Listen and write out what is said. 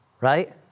right